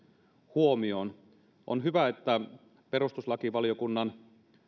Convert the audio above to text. huomioon on hyvä että perustuslakivaliokunnan